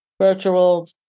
virtual